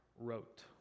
wrote